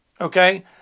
okay